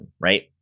right